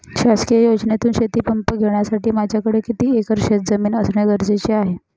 शासकीय योजनेतून शेतीपंप घेण्यासाठी माझ्याकडे किती एकर शेतजमीन असणे गरजेचे आहे?